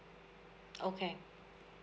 okay